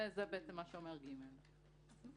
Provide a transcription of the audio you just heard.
זה מה שאומר (ג).